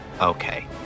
Okay